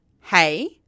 hey